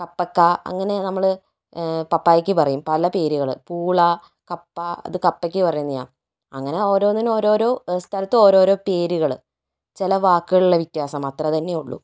കപ്പക്ക അങ്ങനെ നമ്മൾ പപ്പായയ്ക്ക് പറയും പല പേരുകൾ പൂള കപ്പ അത് കപ്പയ്ക്ക് പറയുന്നത് തന്നെയാണ് അങ്ങനെ ഓരോന്നിനും ഓരോരോ സ്ഥലത്ത് ഓരോരോ പേരുകൾ ചില വാക്കുകളിലെ വ്യത്യാസം അത്രതന്നെ ഉള്ളു